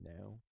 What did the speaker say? now